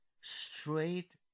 straight